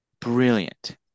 brilliant